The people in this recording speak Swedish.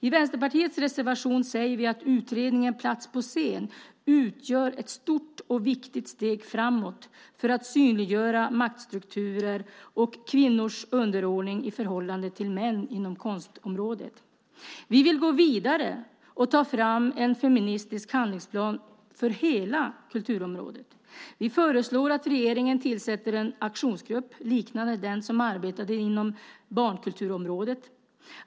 I Vänsterpartiets reservation säger vi att utredningen Plats på scen utgör ett stort och viktigt steg framåt för att synliggöra maktstrukturer och kvinnors underordning i förhållande till män inom konstområdet. Vi vill gå vidare och ta fram en feministisk handlingsplan för hela kulturområdet. Vi föreslår att regeringen tillsätter en aktionsgrupp liknande den som arbetade inom barnkulturområdet.